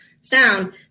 sound